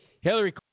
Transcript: Hillary